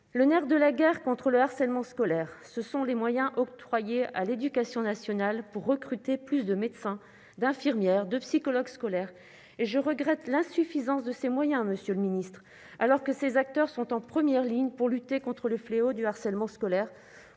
Le nerf de la guerre contre le harcèlement scolaire, ce sont les moyens octroyés à l'éducation nationale pour recruter davantage de médecins, d'infirmières, de psychologues scolaires. Je regrette l'insuffisance de ces moyens, monsieur le ministre, alors que ces acteurs sont en première ligne pour lutter contre le fléau du harcèlement scolaire,